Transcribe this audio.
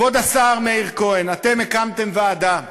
כבוד השר מאיר כהן, אתם הקמתם ועדה,